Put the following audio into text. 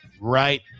Right